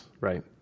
right